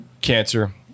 cancer